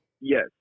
yes